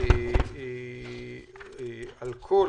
על כך,